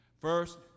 First